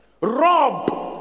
Rob